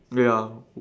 ya